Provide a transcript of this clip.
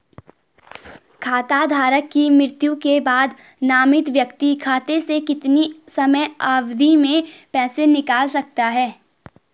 खाता धारक की मृत्यु के बाद नामित व्यक्ति खाते से कितने समयावधि में पैसे निकाल सकता है?